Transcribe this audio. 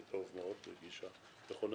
זה טוב מאוד, זו גישה נכונה.